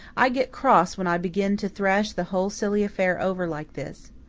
i get cross when i begin to thrash the whole silly affair over like this.